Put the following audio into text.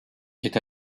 est